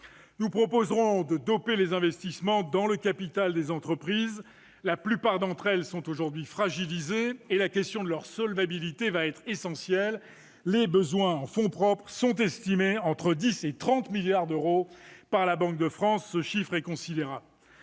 Nous proposerons de doper les investissements dans le capital des entreprises. La plupart d'entre elles sont aujourd'hui fragilisées et la question de leur solvabilité va être essentielle. Leurs besoins en fonds propres sont estimés entre 10 et 30 milliards d'euros par la Banque de France, un montant considérable.